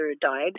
died